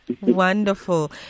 Wonderful